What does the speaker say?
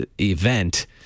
event